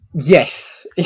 Yes